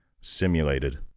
simulated